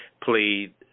played